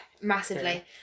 massively